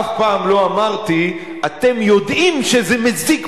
אף פעם לא אמרתי: אתם יודעים שזה מזיק,